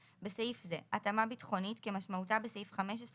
(ד)בסעיף זה "התאמה ביטחונית" כמשמעותה